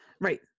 Right